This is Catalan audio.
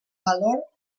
valor